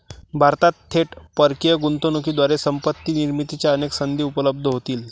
भारतात थेट परकीय गुंतवणुकीद्वारे संपत्ती निर्मितीच्या अनेक संधी उपलब्ध होतील